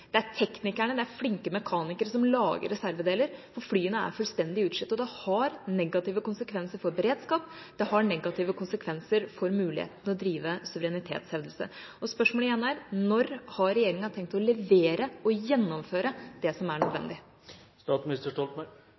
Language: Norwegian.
Det er teknikerne og flinke mekanikere som lager reservedeler. Flyene er fullstendig utslitte. Det har negative konsekvenser for beredskap, og det har negative konsekvenser for muligheten til å drive suverenitetshevdelse. Spørsmålet er igjen: Når har regjeringa tenkt å levere og å gjennomføre det som er